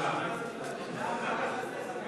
לסעיף 30,